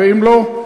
ואם לא,